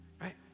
right